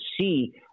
see